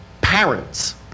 parents